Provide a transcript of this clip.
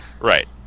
Right